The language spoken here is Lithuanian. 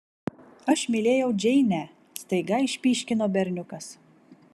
aš mylėjau džeinę staiga išpyškino berniukas